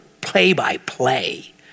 play-by-play